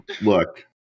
Look